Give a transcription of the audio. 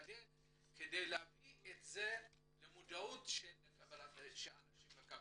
נשתדל להביא את זה למודעות של מקבלי ההחלטות.